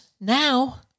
now